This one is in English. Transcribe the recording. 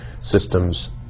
systems